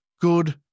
good